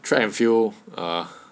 track and field err